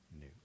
New